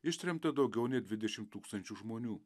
ištremta daugiau nei dvidešimt tūkstančių žmonių